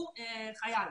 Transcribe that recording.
הוא חייל.